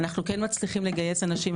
אנחנו כן מצליחים לגייס אנשים.